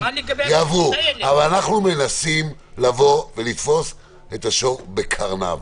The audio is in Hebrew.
אנחנו מנסים לבוא ולתפוס את השור בקרניו,